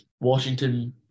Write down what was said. washington